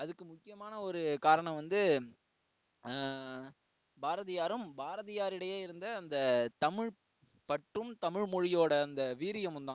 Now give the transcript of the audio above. அதுக்கு முக்கியமான ஒரு காரணம் வந்து பாரதியாரும் பாரதியாருடையே இருந்த அந்த தமிழ் பற்றும் தமிழ் மொழியோட அந்த வீரியமும் தான்